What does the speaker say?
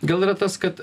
gal yra tas kad